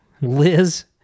liz